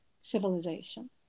civilization